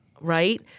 Right